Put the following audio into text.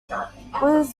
his